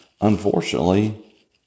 unfortunately